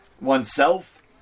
oneself